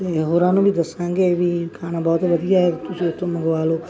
ਅਤੇ ਹੋਰਾਂ ਨੂੰ ਵੀ ਦੱਸਾਂਗੇ ਵੀ ਖਾਣਾ ਬਹੁਤ ਵਧੀਆ ਹੈ ਤੁਸੀਂ ਉੱਥੋਂ ਮੰਗਵਾ ਲਓ